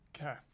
Okay